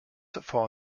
for